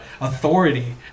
authority